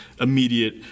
immediate